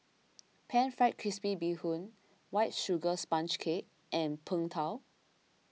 Pan Fried Crispy Bee Hoon White Sugar Sponge Cake and Png Tao